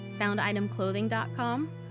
FoundItemClothing.com